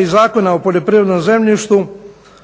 i Zakona o poljoprivrednom zemljištu